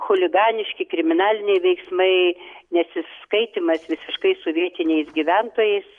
chuliganiški kriminaliniai veiksmai nesiskaitymas visiškai su vietiniais gyventojais